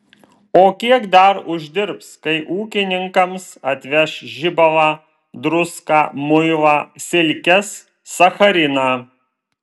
o kiek dar uždirbs kai ūkininkams atveš žibalą druską muilą silkes sachariną